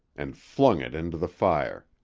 and flung it into the fire.